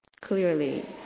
Clearly